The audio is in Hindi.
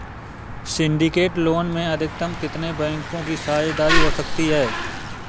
सिंडिकेट लोन में अधिकतम कितने बैंकों की साझेदारी हो सकती है?